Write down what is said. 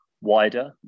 wider